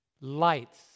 lights